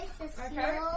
okay